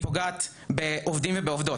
היא פוגעת בעובדים ובעובדות,